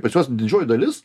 pačios didžioji dalis